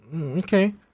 okay